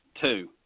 two